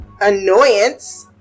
annoyance